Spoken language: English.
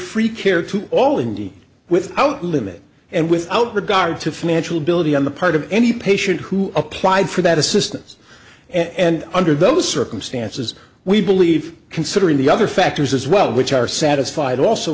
free care to all indy without limit and without regard to financial ability on the part of any patient who applied for that assistance and under those circumstances we believe considering the other factors as well which are satisfied also